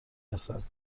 رسد